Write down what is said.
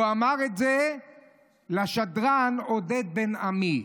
הוא אמר את זה לשדרן עודד בן עמי.